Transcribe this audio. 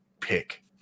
pick